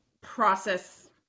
process